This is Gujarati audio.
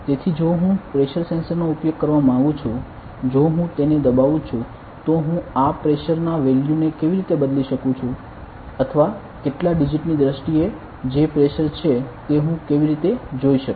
તેથી જો હું પ્રેશર સેન્સર નો ઉપયોગ કરવા માંગું છું જો હું તેને દબાવું છું તો હું આ પ્રેશર ના વેલ્યુ ને કેવી રીતે બદલી શકું અથવા કેટલાક ડિજિટ ની દ્રષ્ટિએ જે પ્રેશર છે તે હું કેવી રીતે જોઈ શકું